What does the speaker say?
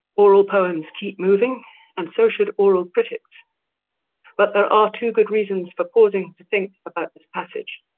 oral poems keep moving and so should oral critics but there are two good reasons for pausing to think about this passage.